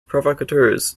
provocateurs